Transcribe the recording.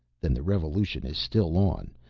then the revolution is still on,